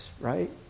right